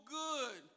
good